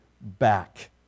back